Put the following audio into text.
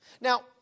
Now